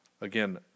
Again